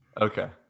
Okay